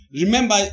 remember